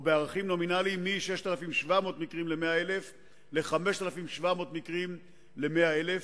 בערכים נומינליים: מ-6,700 מקרים ל-100,000 ל-5,700 מקרים ל-100,000.